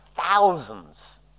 thousands